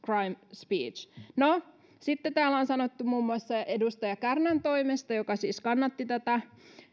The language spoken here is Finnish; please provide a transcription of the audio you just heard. speech no sitten täällä on sanottu muun muassa edustaja kärnän toimesta joka siis